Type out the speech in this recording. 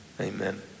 Amen